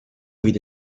vide